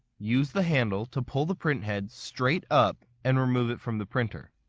use the handle to pull the print head straight up and remove it from the printer.